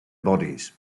bodies